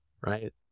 right